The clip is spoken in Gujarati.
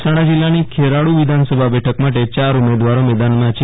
મહેસાણા જીલ્લાની ખેરાળુ વિધાનસભા બેઠક માટે ચાર ઉમેદવારા મેદાનમાં છે